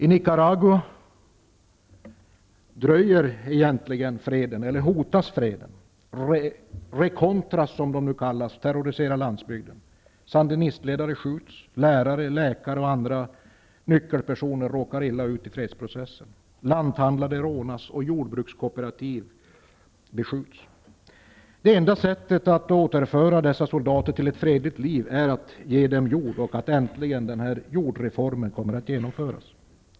I Nicaragua hotas freden. ''Recontras'' terroriserar landsbygden. Sandinistledare skjuts, och lärare, läkare och andra nyckelpersoner råkar illa ut i fredsprocessen. Lanthandlare rånas och jordbrukskooperativ beskjuts. Det enda sättet att återföra dessa soldater till ett fredligt liv är att ge dem jord och att äntligen genomföra jordreformen.